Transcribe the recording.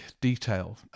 detail